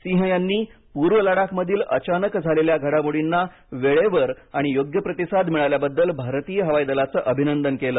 सिंह यांनी पूर्व लडाखमधील अचानक झालेल्या घडामोडींना वेळेवर आणि योग्य प्रतिसाद मिळाल्याबद्दल भारतीय हवाई दलाचे अभिनंदन केलं